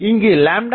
இங்கு0 2